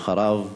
אחריו,